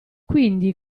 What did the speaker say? quindi